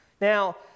Now